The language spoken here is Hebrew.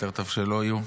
יותר טוב שלא יהיו.